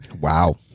Wow